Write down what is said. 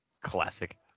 Classic